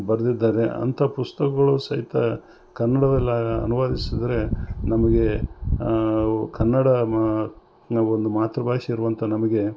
ಬರೆದಿದ್ದಾರೆ ಅಂಥ ಪುಸ್ತಕಗಳು ಸಹಿತ ಕನ್ನಡದಲ್ಲಿ ಅನುವಾದಿಸಿದರೆ ನಮಗೆ ಕನ್ನಡ ಮಾ ನಾವು ಒಂದು ಮಾತೃ ಭಾಷೆ ಇರುವಂಥ ನಮಗೆ